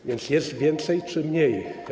A więc jest więcej czy mniej?